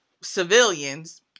civilians